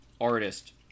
artist